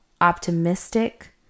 optimistic